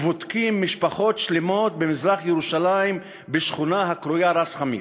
ובודקים משפחות שלמות במזרח ירושלים בשכונה הקרויה ראס חמיס.